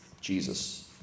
Jesus